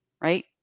right